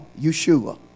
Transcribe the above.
Yeshua